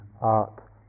art